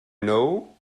know